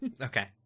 Okay